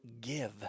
give